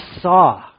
saw